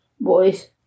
Boys